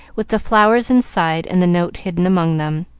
with the flowers inside and the note hidden among them,